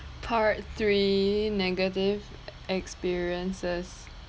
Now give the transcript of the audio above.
part three negative experiences